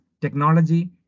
technology